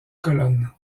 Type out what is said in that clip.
colonnes